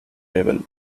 rebel